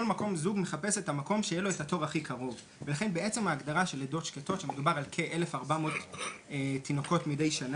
כל זוג מחפש את התור הכי קרוב ולכן בלידות שקטות כ-1,400 מקרים בשנה